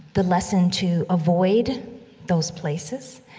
the lesson to avoid those places.